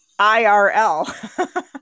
IRL